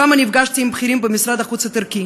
שם נפגשתי עם בכירים במשרד החוץ הטורקי,